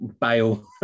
bail